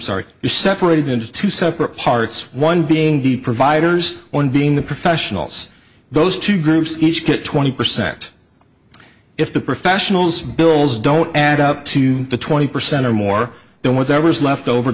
sorry you're separated into two separate parts one being the providers one being the professionals those two groups each get twenty percent if the professionals bills don't add up to twenty percent or more then whatever is left over